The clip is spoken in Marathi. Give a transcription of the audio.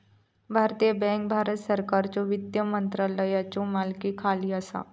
भारतीय बँक भारत सरकारच्यो वित्त मंत्रालयाच्यो मालकीखाली असा